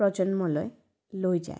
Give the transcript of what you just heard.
প্ৰজন্মলৈ লৈ যায়